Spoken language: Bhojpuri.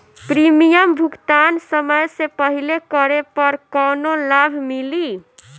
प्रीमियम भुगतान समय से पहिले करे पर कौनो लाभ मिली?